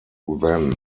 then